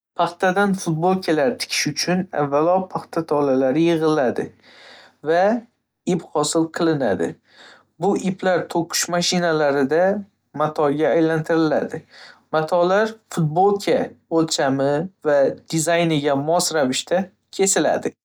Paxtadan futbolkalar tikish uchun avvalo paxta tolalari yigiriladi va ip hosil qilinadi. Bu iplar to‘qish mashinalarida matoga aylantiriladi. Matolar futbolka o'lchami va dizayniga mos ravishda kesiladi.